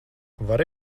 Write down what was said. vari